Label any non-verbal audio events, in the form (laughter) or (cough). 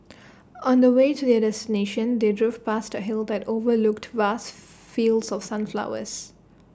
on the way to their destination they drove past A hill that overlooked vast (noise) fields of sunflowers